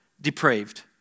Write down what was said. depraved